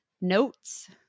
notes